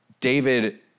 David